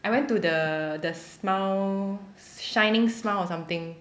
I went to the the smile shining smile or something